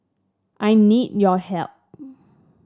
I need your help